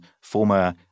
former